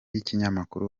y’ikinyamakuru